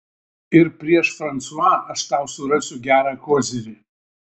ir prieš fransua aš tau surasiu gerą kozirį